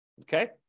Okay